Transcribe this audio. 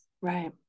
right